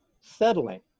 settling